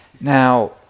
Now